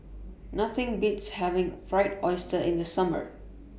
Nothing Beats having Fried Oyster in The Summer